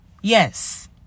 Yes